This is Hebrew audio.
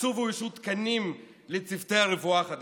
הוקצו ואוישו תקנים לצוותי רפואה חדשים,